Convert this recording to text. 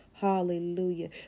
Hallelujah